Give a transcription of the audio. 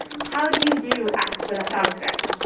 how do you do x without javascript?